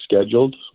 scheduled